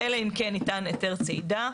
אלא אם כן ניתן היתר צידה,